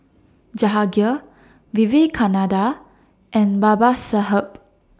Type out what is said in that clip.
Jahangir Vivekananda and Babasaheb